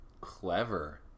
clever